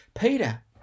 Peter